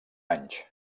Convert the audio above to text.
anys